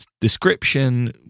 description